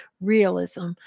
Realism